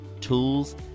tools